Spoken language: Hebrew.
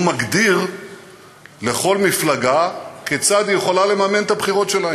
הוא מגדיר לכל מפלגה כיצד היא יכולה לממן את הבחירות שלה.